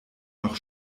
noch